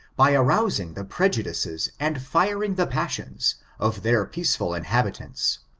by arousing the prejudices and firing the passions of their peaceful inhabitants,